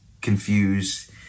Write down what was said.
confused